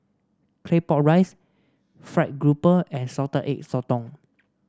Claypot Rice fried grouper and Salted Egg Sotong